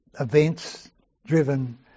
events-driven